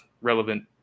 relevant